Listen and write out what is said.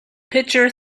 pitcher